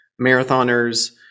marathoners